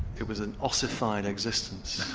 it was an ossified existence,